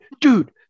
dude